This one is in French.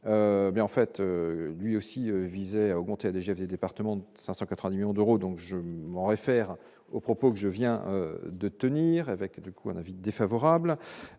en fait, lui aussi, visé à augmenter, a déjà des départements de 500 4 à Lyon d'euros donc je m'en réfère aux propos que je viens de tenir avec du coup un avis défavorable